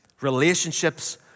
Relationships